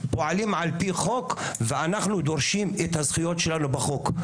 פועלים על פי חוק ואנחנו דורשים את הזכויות שלנו בחוק.